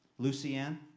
Lucianne